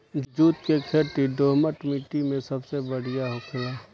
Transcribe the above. जुट के खेती दोहमट माटी मे सबसे बढ़िया होखेला